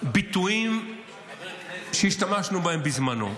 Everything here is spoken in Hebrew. ביטויים שהשתמשנו בהם בזמנו.